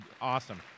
Awesome